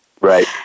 Right